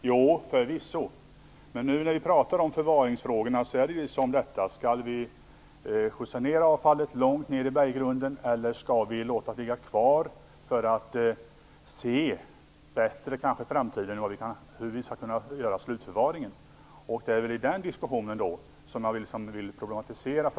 Herr talman! Jo, förvisso. Men när vi talar om förvaringsfrågorna handlar det om huruvida vi skall skjutsa ned avfallet långt ned i berggrunden eller om vi skall låta det ligga kvar för att i framtiden bättre kunna se hur vi skall kunna slutförvara avfallet. Det är i den diskussionen som frågan problematiseras.